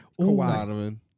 Kawhi